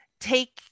take